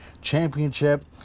Championship